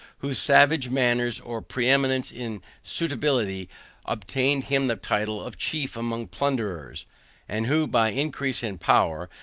whose savage manners or pre-eminence in subtility obtained him the title of chief among plunderers and who by increasing power,